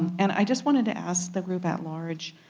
and i just wanted to ask the group at large